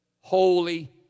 Holy